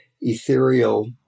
ethereal